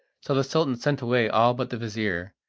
so the sultan sent away all but the vizir,